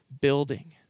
building